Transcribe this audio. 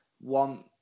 one